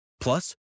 Plus